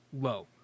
low